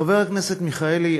חבר הכנסת מיכאלי,